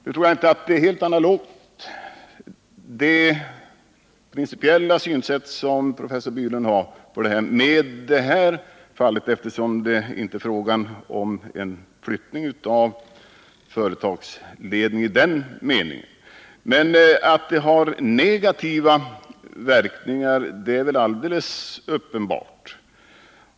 Nu är det principiella synsätt som professor Bylund har på detta inte helt analogt med detta fall, eftersom det inte är fråga om en flyttning av företagsledningen i den meningen. Men att det har negativa verkningar, det är väl alldeles uppenbart.